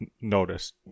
noticed